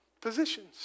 positions